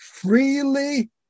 Freely